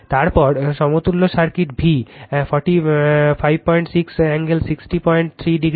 তারপর সমতুল্য সার্কিট এই V রেফার টাইম 3545 456 কোণ 603 ডিগ্রি